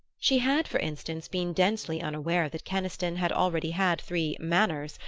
she had, for instance, been densely unaware that keniston had already had three manners,